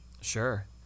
Sure